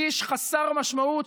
איש חסר משמעות,